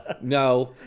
No